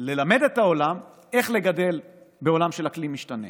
ללמד את העולם איך לגדל בעולם של אקלים משתנה,